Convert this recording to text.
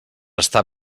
estar